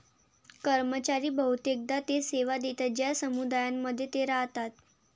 कर्मचारी बहुतेकदा ते सेवा देतात ज्या समुदायांमध्ये ते राहतात